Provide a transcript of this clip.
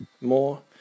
more